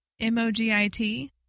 M-O-G-I-T